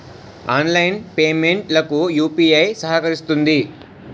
online payment లకు UPI సహకరిస్తుంది